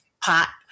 pot